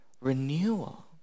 renewal